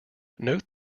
note